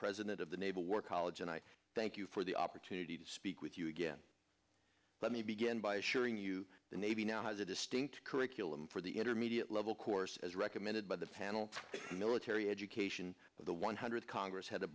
president of the naval war college and i thank you for the opportunity to speak with you again let me begin by assuring you the navy now has a distinct curriculum for the intermediate level course as recommended by the panel military education of the one hundred congress headed